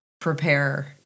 prepare